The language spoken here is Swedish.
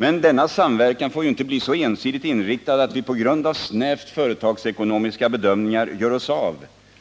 Men denna samverkan får ju inte bli så ensidigt inriktad att vi på grund av snävt företagsekonomiska bedömningar gör oss av